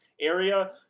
area